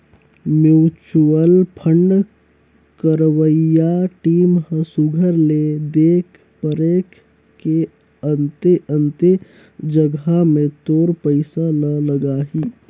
mutual fund करवइया team ह सुग्घर ले देख परेख के अन्ते अन्ते जगहा में तोर पइसा ल लगाहीं